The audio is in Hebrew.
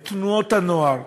את תנועות הנוער,